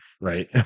right